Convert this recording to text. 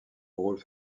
rôles